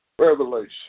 Revelation